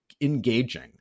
engaging